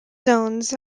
zones